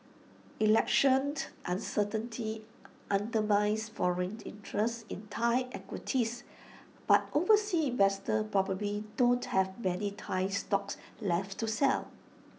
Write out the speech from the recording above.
election uncertainty undermines foreign interest in Thai equities but overseas investors probably don't have many Thai stocks left to sell